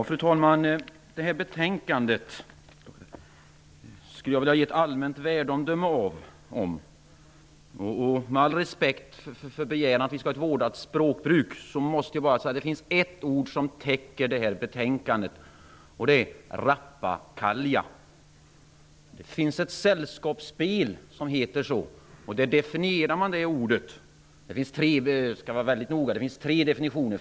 Fru talman! Jag skulle vilja ge ett allmänt värdeomdöme om detta betänkande. Med all respekt för begäran att vi skall ha ett vårdat språkbruk i kammaren måste jag säga att det bara finns ett ord som täcker detta betänkande, och det är rappakalja. Det finns ett sällskapsspel som heter så, och där definierar man ordet. Det finns tre definitioner.